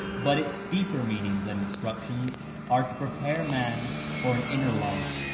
but its deeper meanings and instructions are to prepare man for an inner life,